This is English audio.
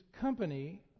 company